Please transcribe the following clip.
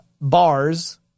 bars